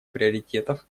приоритетов